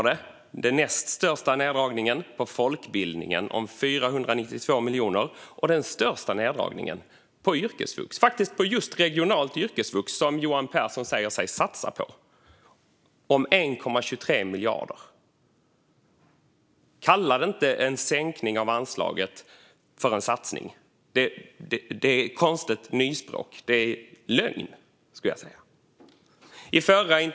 Den näst största neddragningen, 492 miljoner, görs på folkbildningen, och den största neddragningen, 1,23 miljarder, görs på yrkesvux, faktiskt just regionalt yrkesvux, som Johan Pehrson säger sig satsa på. Kalla inte en sänkning av anslaget för en satsning! Det blir ett konstigt nyspråk. Jag skulle säga att det är en lögn.